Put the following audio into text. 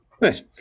Nice